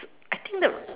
I think the